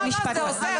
לא, לא, זה עוזר.